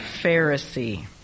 Pharisee